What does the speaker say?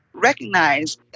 recognize